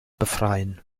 befreien